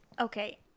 Okay